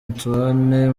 antoine